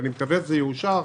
ואני מקווה שזה יאושר,